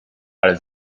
ale